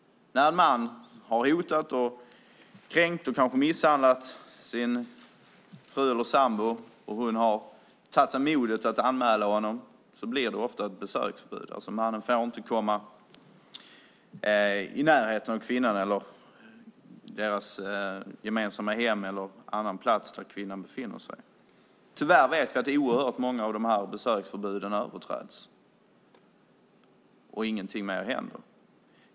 När en man har hotat, kränkt och kanske misshandlat sin fru eller sambo och hon har haft mod att anmäla honom blir det ofta ett besöksförbud. Mannen får inte komma i närheten av kvinnan, deras gemensamma hem eller en annan plats där kvinnan befinner sig. Tyvärr vet vi att oerhört många av de här besöksförbuden överträds och att ingenting mer händer.